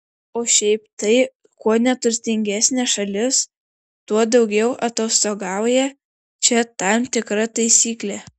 o šiaip tai kuo neturtingesnė šalis tuo daugiau atostogauja čia tam tikra taisyklė